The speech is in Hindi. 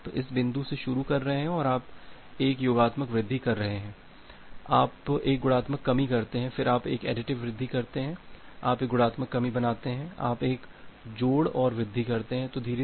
तो आप इस बिंदु से शुरू कर रहे हैं और आप एक योगात्मक वृद्धि कर रहे हैं तो आप एक गुणात्मक कमी करते हैं फिर आप एक additive वृद्धि करते हैं आप एक गुणात्मक कमी बनाते हैं आप एक जोड़ और वृद्धि करते हैं